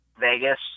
Vegas